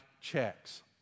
checks